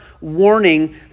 warning